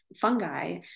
fungi